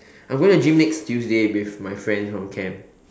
I'm going to gym next Tuesday with my friends from camp